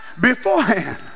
beforehand